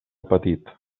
petit